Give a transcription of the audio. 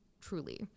truly